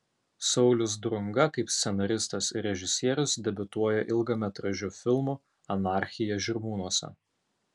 saulius drunga kaip scenaristas ir režisierius debiutuoja ilgametražiu filmu anarchija žirmūnuose